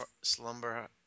Slumber